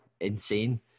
insane